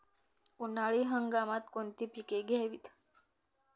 उन्हाळी हंगामात कोणती पिके घ्यावीत?